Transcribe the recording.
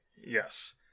Yes